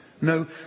No